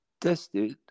tested